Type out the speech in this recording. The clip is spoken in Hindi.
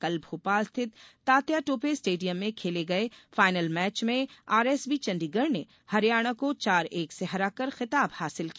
कल भोपाल स्थित तात्याटोपे स्टेडियम में खेले गये फाइनल मैच में आरएसबी चंडीगढ़ ने हरियाणा को चार एक से हराकर खिताब हासिल किया